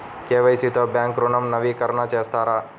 KYC తో bank ఋణం నవీకరణ చేస్తారా?